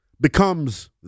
becomes